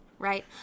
right